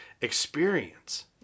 experience